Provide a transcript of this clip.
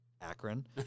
Akron